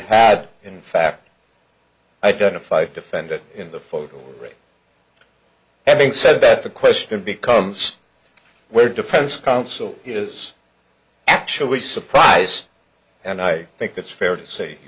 had in fact identified defendant in the photo having said that the question becomes where defense counsel is actually surprise and i think it's fair to say